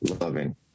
loving